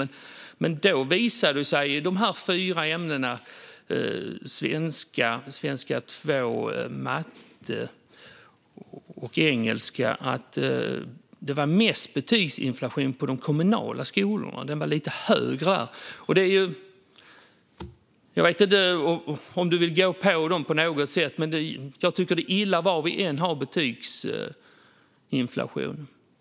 Men när jag tittade på statistiken över de fyra ämnena - svenska, svenska 2, matte och engelska - visade det sig att det var mest betygsinflation på de kommunala skolorna. Den var lite högre där. Jag vet inte om du vill gå på dem på något sätt. Men jag tycker att det är illa var vi än har betygsinflation.